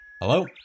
Hello